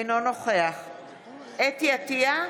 אינו נוכח חוה אתי עטייה,